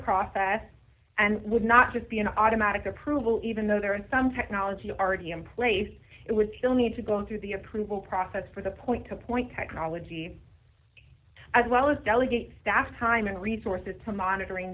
process and would not just be an automatic approval even though there is some technology already in place it would still need to go through the approval process for the point to point technology as well as delegate staff time and resources to monitorin